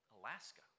Alaska